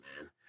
man